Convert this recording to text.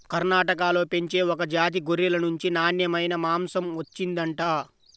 కర్ణాటకలో పెంచే ఒక జాతి గొర్రెల నుంచి నాన్నెమైన మాంసం వచ్చిండంట